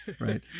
right